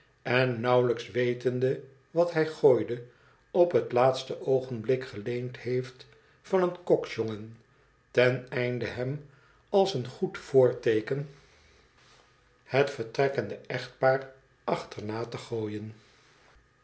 en nauwelijks wetende wat hij gooide op het laatste oogenblik geleend heeft van een koksjongen ten einde hem als een goed voorteeken het vertrekkende echtpaar achterna te gooien